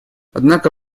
однако